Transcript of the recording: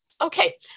Okay